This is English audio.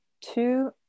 two